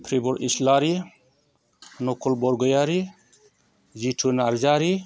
प्रिबर इस्लारि नखल बरगयारि जिथु नारजारि